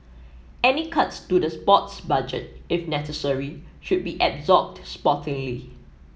any cuts to the sports budget if necessary should be absorbed sportingly